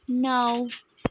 نَو